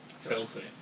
Filthy